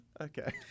Okay